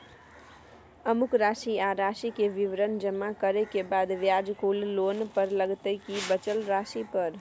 अमुक राशि आ राशि के विवरण जमा करै के बाद ब्याज कुल लोन पर लगतै की बचल राशि पर?